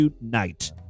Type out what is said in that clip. tonight